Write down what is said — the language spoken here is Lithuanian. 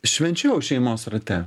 švenčiau šeimos rate